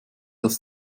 dass